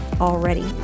already